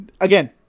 again